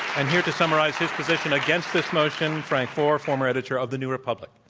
and here to summarize his position against this motion, frank foer, former editor of the new republic.